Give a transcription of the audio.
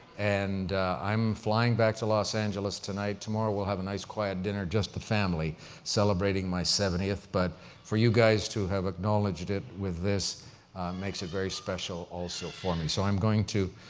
and i'm flying back to los angeles tonight. tomorrow, we'll have a nice quiet dinner just the family celebrating my seventieth. but for you guys to have acknowledged it with this makes it very special also for me. so, i'm going to